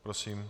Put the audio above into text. Prosím.